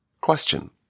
question